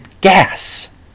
gas